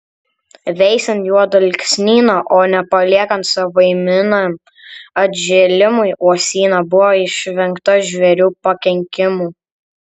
veisiant juodalksnyną o ne paliekant savaiminiam atžėlimui uosyną buvo išvengta žvėrių pakenkimų